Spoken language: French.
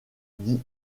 dit